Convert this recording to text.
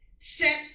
set